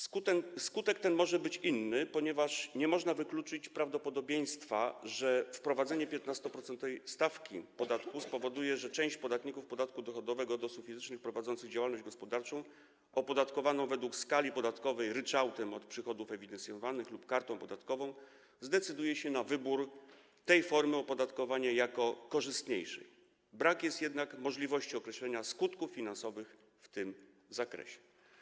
Skutek ten może być inny, ponieważ nie można wykluczyć prawdopodobieństwa, że wprowadzenie 15-procentowej stawki podatku spowoduje, że część podatników podatku dochodowego od osób fizycznych prowadzących działalność gospodarczą opodatkowaną ryczałtem od przychodów ewidencjonowanych lub kartą podatkową zdecyduje się na wybór tej formy opodatkowania jako korzystniejszej, brak jest jednak możliwości określenia skutków finansowych w tym zakresie.